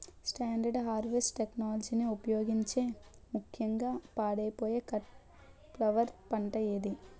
Standard harvest టెక్నాలజీని ఉపయోగించే ముక్యంగా పాడైపోయే కట్ ఫ్లవర్ పంట ఏది?